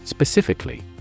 Specifically